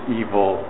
evil